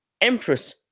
Empress